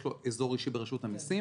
יש לו אזור אישי ברשות המסים